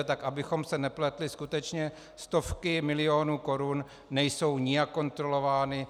Tak abychom se nepletli, skutečně stovky milionů korun nejsou nijak kontrolovány.